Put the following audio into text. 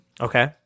Okay